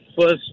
first